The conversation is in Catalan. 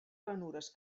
ranures